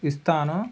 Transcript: ఇస్తాను